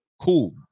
cool